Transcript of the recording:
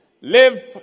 Live